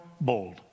bold